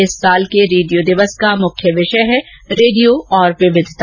इस वर्ष के रेडियो दिवस का मुख्य विषय है रेडियो और विविधता